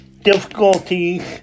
difficulties